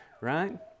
right